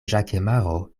ĵakemaro